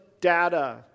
data